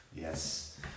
Yes